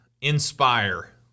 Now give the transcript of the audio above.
inspire